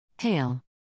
Hail